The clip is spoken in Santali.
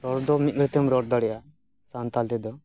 ᱨᱚᱲ ᱫᱚ ᱢᱤᱫ ᱜᱷᱟᱹᱲᱤᱡ ᱛᱮᱢ ᱨᱚᱲ ᱫᱟᱲᱮᱭᱟᱜᱼᱟ ᱥᱟᱱᱛᱟᱞ ᱛᱮᱫᱚ